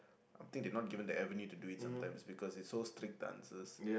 I think they are not given the avenue to do it sometimes because it's so strict the answers